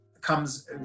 comes